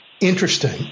interesting